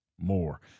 more